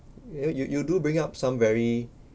ya you you do bring up some very